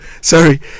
Sorry